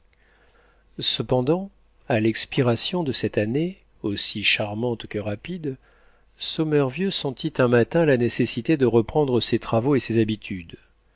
cependant à l'expiration de cette année aussi charmante que rapide sommervieux sentit un matin la nécessité de reprendre ses travaux et ses habitudes